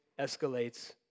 escalates